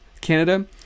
canada